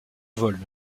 vol